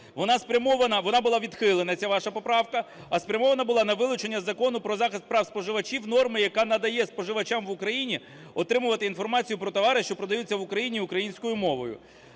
вона була відхилена ця ваша поправка, а спрямована була на вилучення з Закону "Про захист прав споживачів" норми, яка надає споживачам в Україні отримувати інформацію про товари, що продаються в Україні українською мовою.